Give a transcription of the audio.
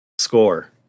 score